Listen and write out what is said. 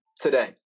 today